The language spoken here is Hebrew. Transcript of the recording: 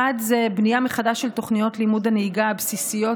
בנייה מחדש של תוכניות לימוד הנהיגה הבסיסיות